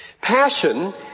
passion